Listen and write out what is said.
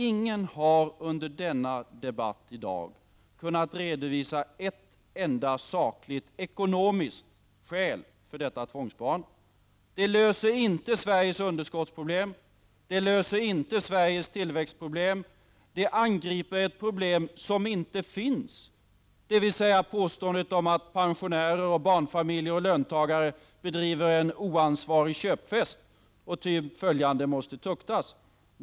Ingen har under denna debatt kunnat påvisa ett enda sakligt ekonomiskt skäl för detta tvångssparande. Det löser inte Sveriges underskottsproblem. Det löser inte Sveriges tillväxtproblem, utan det angriper ett problem som inte finns, dvs. påståendet om att pensionärer, barnfamiljer och löntagare ägnar sig åt en oansvarig köpfest och därför måste tuktas.